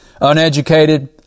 uneducated